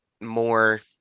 more